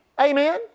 Amen